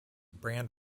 brand